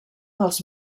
dels